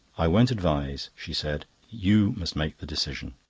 i won't advise, she said. you must make the decision.